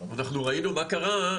אנחנו ראינו מה קרה,